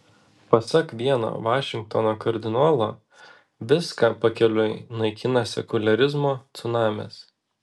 pasak vieno vašingtono kardinolo viską pakeliui naikina sekuliarizmo cunamis